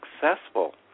successful